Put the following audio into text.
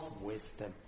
wisdom